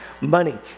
money